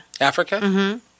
Africa